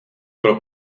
pro